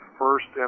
first